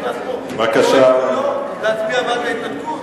נכנס לפה רועד כולו להצביע בעד ההתנתקות?